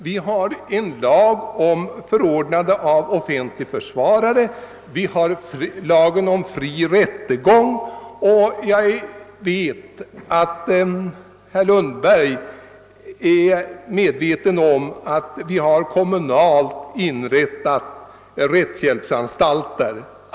Vi har sålunda en lag om förordnande av offentlig försvarare och en lag om fri rättegång, och herr Lundberg är säkert medveten om att det finns kommunalt inrättade rättshjälpsanstalter.